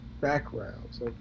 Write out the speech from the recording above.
backgrounds